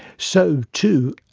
so, too,